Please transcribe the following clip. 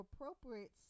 appropriate